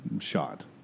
shot